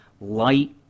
light